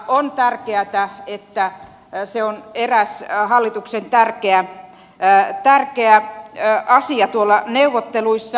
on tärkeätä että se on eräs hallituksen tärkeä asia tuolla neuvotteluissa